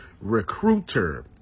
recruiter